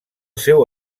seu